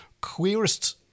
queerest